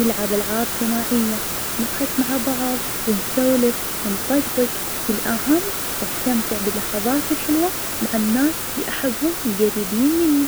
البعض الآخر ما يصدجون, يمكن لأنهم يحتاجون دليل واضح, بعض الناس يحبون التفكير بالعقل والمنطج, بينما غيرهم يميلون للخرافات والقصص الشعبية, وفي النهاية كل واحد وطريجة تفكيره.